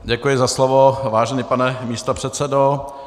Děkuji za slovo, vážený pane místopředsedo.